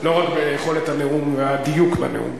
לא רק ביכולת הנאום והדיוק בנאום.